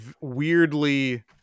weirdly